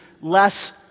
less